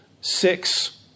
six